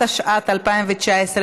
התשע"ט 2019,